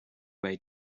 way